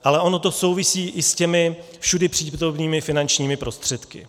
Ale ono to souvisí i s těmi všudypřítomnými finančními prostředky.